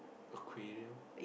aquarium